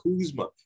Kuzma